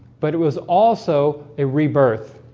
but it was also a rebirth